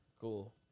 Cool